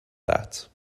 that